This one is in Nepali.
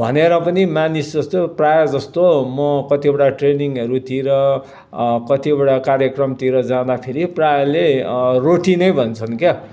भनेर पनि मानिस जस्तो प्रायः जस्तो म कतिवटा ट्रेनिङहरूतिर कतिवटा कार्यक्रमतिर जाँदा फेरि प्रायःले रोटी नै भन्छन् क्या अहिले